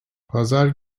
pazar